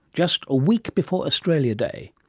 just a week before australia day.